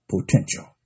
potential